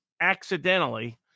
accidentally